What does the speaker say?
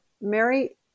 Mary